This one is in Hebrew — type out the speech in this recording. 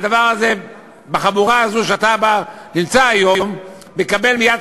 הדבר הזה בחבורה הזו שאתה נמצא בה היום מקבל מייד